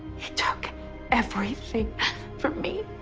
he took everything from me.